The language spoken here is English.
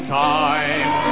time